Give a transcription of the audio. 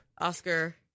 Oscar